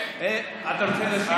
אתה רוצה להשיב?